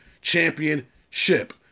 championship